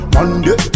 Monday